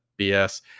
BS